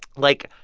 like,